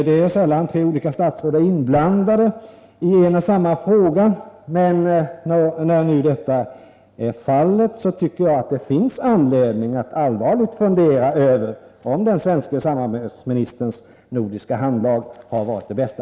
Det är sällan som tre olika statsråd är inblandade i en och samma fråga, men då detta nu är fallet tycker jag att det finns anledning att allvarligt fundera över om den svenske samarbetsministerns nordiska handlag har varit det bästa.